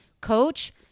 coach